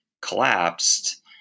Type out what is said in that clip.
collapsed